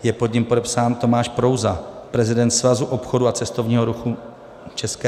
Je pod ním podepsán Tomáš Prouza prezident Svazu obchodu a cestovního ruchu ČR.